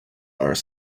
are